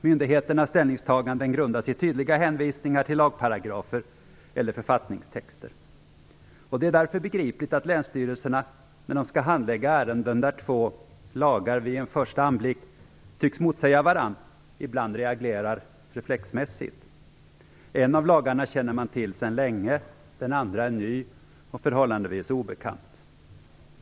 Myndigheternas ställningstaganden grundas på tydliga hänvisningar till lagparagrafer eller författningstexter. Det är därför begripligt att länsstyrelserna, när de skall handlägga ärenden där två lagar vid en första anblick, tycks motsäga varandra, ibland reagerar reflexmässigt. En av lagarna känner man till sedan länge, den andra är ny och förhållandevis obekant.